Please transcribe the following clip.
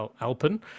Alpen